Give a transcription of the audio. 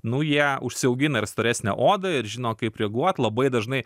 nu jie užsiaugina ir storesnę odą ir žino kaip reaguot labai dažnai